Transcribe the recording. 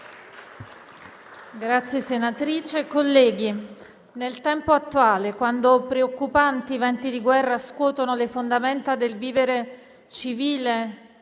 finestra"). Colleghi, nel tempo attuale, quando preoccupanti venti di guerra scuotono le fondamenta del vivere civile